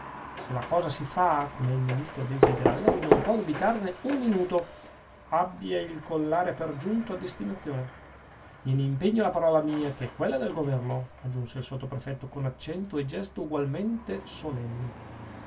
se la cosa si fa come il ministro desidera lei non può dubitarne un minuto abbia il collare per giunto a destinazione gliene impegno la parola mia che è quella del governo aggiunse il sottoprefetto con accento e gesto ugualmente solenni